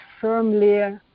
firmly